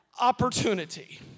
opportunity